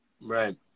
Right